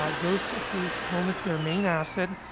um those whose home is their main asset,